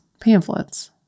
Pamphlets